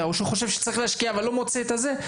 או שהוא חושב שצריך להשקיע אבל לא מוצא את הזה,